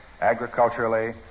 agriculturally